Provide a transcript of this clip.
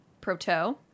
Proto